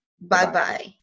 Bye-bye